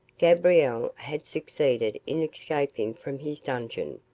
gabriel had succeeded in escaping from his dungeon.